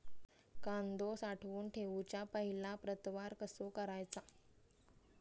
कांदो साठवून ठेवुच्या पहिला प्रतवार कसो करायचा?